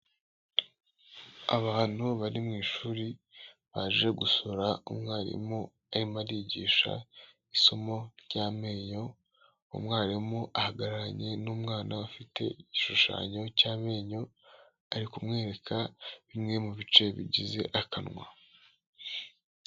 Abantu bari mu ishuri baje gusura umwarimu urimo wigisha isomo ry'amenyo umwarimu ahagararanye n'umwana ufite igishushanyo cy'amenyo ari kumwereka bimwe mu bice bigize akanwa.